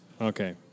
Okay